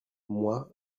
moi